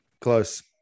Close